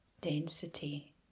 density